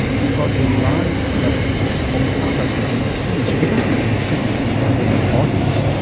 we've got a live health report from the powerhouse museum in sydney. so if you're going to be in sydney and you want to be in the audience,